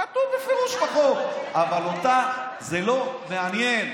כתוב בפירוש בחוק, אבל אותה זה לא מעניין.